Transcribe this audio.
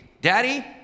Daddy